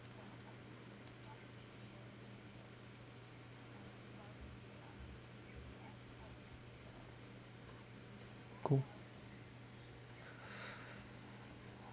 go